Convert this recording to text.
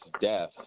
death